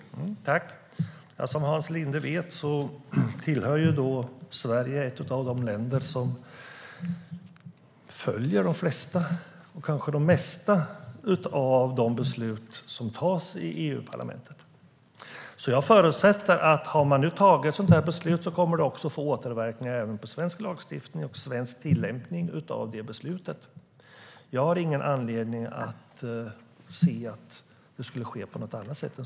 Herr talman! Som Hans Linde vet tillhör Sverige de länder som följer de flesta och kanske det mesta av de beslut som tas i EU-parlamentet. Har man nu tagit ett sådant här beslut förutsätter jag att det kommer att få återverkningar även på svensk lagstiftning och svensk tillämpning. Jag har ingen anledning att tro att det skulle vara på något annat sätt.